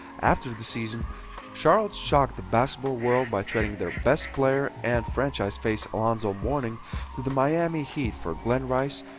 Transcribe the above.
after the season charlotte shocked the basketball world by trading their best player and franchise face alonzo mourning to the miami heat for glen rice,